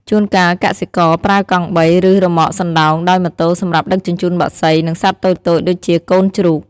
ជួនកាលកសិករប្រើកង់បី ឬរ៉ឺម៉កសណ្ដោងដោយម៉ូតូសម្រាប់ដឹកជញ្ជូនបក្សី និងសត្វតូចៗដូចជាកូនជ្រូក។